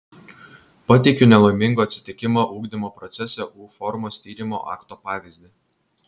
pateikiu nelaimingo atsitikimo ugdymo procese u formos tyrimo akto pavyzdį